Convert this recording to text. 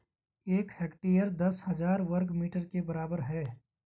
एक हेक्टेयर दस हजार वर्ग मीटर के बराबर है